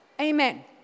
Amen